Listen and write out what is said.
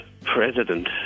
President